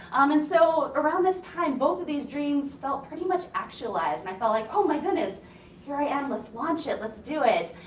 um and so, around this time both of these dreams felt pretty much actualized. and i felt like, oh my goodness here i am let's launch it. let's do it.